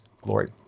glory